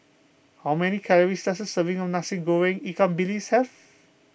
how many calories does a serving of Nasi Goreng Ikan Bilis have